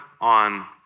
on